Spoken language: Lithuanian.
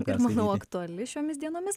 ir manau aktuali šiomis dienomis